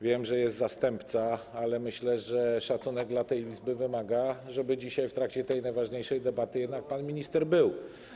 Wiem, że jest zastępca, ale myślę, że szacunek dla tej Izby wymaga, żeby dzisiaj w trakcie tej najważniejszej debaty jednak pan minister był.